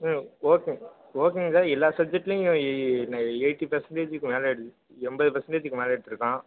ம் okay sir ஓகேங்க sir எல்லா சப்ஜக்ட்லையும் எய்ட்டி பர்சண்டேஜிக்கு மேலே எடு எண்பது பர்சண்டேஜிக்கு மேலே எடுத்திருக்கான்